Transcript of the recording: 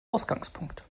ausgangspunkt